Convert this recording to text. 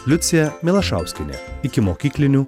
liucija milašauskienė ikimokyklinių